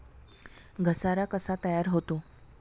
घसारा कसा तयार होतो?